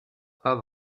pas